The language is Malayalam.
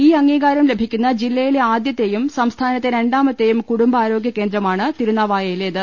ഈ അംഗീകാരം ലഭിക്കുന്ന ജില്ലയിലെ ആദ്യത്തെയും സംസ്ഥാനത്തെ രണ്ടാമത്തെയും കുടുംബാരോഗൃകേന്ദ്രമാണ് തിരുന്നാവായയിലേത്